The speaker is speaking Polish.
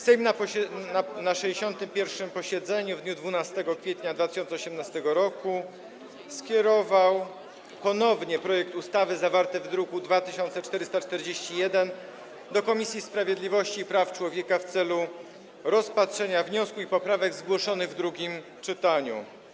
Sejm na 61. posiedzeniu w dniu 12 kwietnia 2018 r. skierował ponownie projekt ustawy zawarty w druku nr 2441 do Komisji Sprawiedliwości i Praw Człowieka w celu rozpatrzenia wniosku i poprawek zgłoszonych w drugim czytaniu.